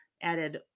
added